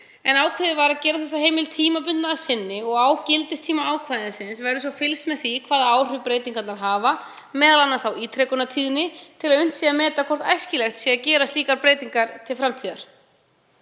en ákveðið var að gera þessa heimild tímabundna að sinni. Á gildistíma ákvæðisins verður svo fylgst með því hvaða áhrif breytingarnar hafa, m.a. á ítrekunartíðni til að unnt sé að meta hvort æskilegt sé að gera slíkar breytingar til framtíðar.